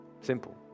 simple